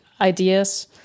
ideas